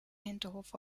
hinterhof